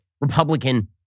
Republican